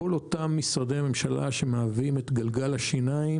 כל אותם משרדי הממשלה שמהווים את גלגל השיניים